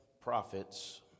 prophets